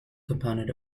component